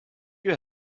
you